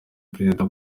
perezida